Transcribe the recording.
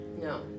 No